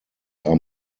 are